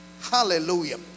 hallelujah